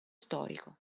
storico